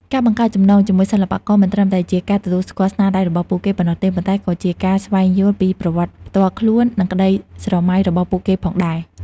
ការបង្កើតចំណងជាមួយសិល្បករ មិនត្រឹមតែជាការទទួលស្គាល់ស្នាដៃរបស់ពួកគេប៉ុណ្ណោះទេ ប៉ុន្តែក៏ជាការស្វែងយល់ពីប្រវត្តិផ្ទាល់ខ្លួន និងក្តីស្រមៃរបស់ពួកគេផងដែរ។